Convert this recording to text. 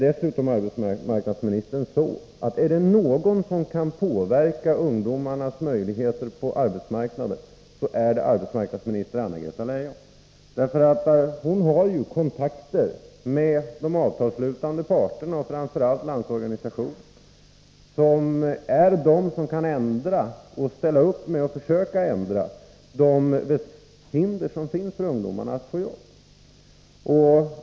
Dessutom, arbetsmarknadsministern, är det någon som kan påverka ungdomarnas möjligheter på arbetsmarknaden, är det arbetsmarknadsminister Anna-Greta Leijon. Hon har ju kontakter med de avtalsslutande parterna, framför allt med LO, som är de som kan undanröja de hinder som finns för ungdomarna att få jobb.